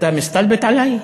אתה מסתלבט עלי?